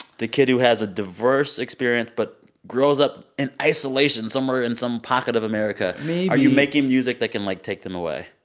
the kid who has a diverse experience but grows up in isolation somewhere in some pocket of america? maybe are you making music that can, like, take them away?